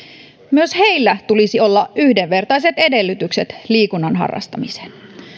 myös heillä tulisi olla yhdenvertaiset edellytykset liikunnan harrastamiseen